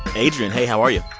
adrian, hey, how are you?